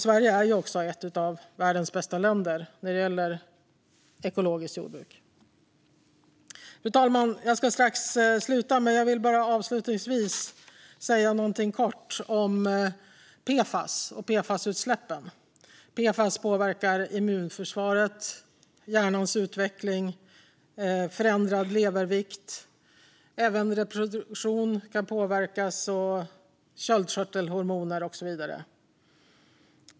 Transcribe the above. Sverige är ju också ett av världens bästa länder när det gäller ekologiskt jordbruk. Fru talman! Jag vill avslutningsvis säga någonting kort om PFAS och PFAS-utsläppen. PFAS påverkar immunförsvaret och hjärnans utveckling och kan ge förändrad levervikt. Även reproduktion, sköldkörtelhormoner och så vidare kan påverkas.